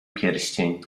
pierścień